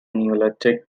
neolithic